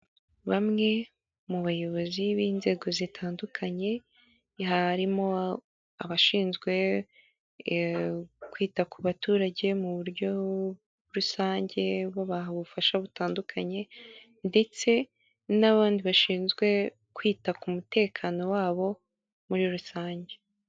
Bamwe mu bayobozi b'inzego zitandukanye, harimo abashinzwe kwita ku baturage mu buryo rusange babaha ubufasha butandukanye ndetse n'abandi bashinzwe kwita ku mutekano wabo muri rusange.